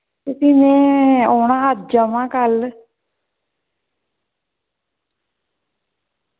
ते फ्ही मैं औना हा अज्ज आवां कल